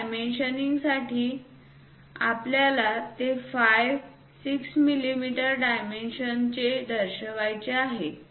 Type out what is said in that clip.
त्या डायमेन्शन्ससाठी आपल्याला ते फाय 6 मिलीमीटर डायमेन्शनचे दर्शवायचे आहे